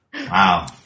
Wow